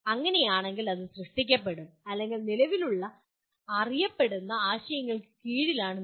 അങ്ങനെയാണെങ്കിൽ അത് സൃഷ്ടിക്കപ്പെടും അല്ലെങ്കിൽ നിലവിലുള്ള അറിയപ്പെടുന്ന ആശയങ്ങൾക്ക് കീഴിലാണ് നിങ്ങൾ